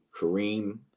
Kareem